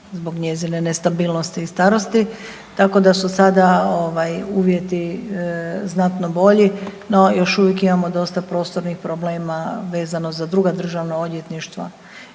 zbog njezine nestabilnosti i starosti, tako da su sada uvjeti znatno bolji, no još uvijek imamo dosta prostornih problema vezano za druga državna odvjetništva